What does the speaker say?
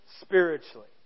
spiritually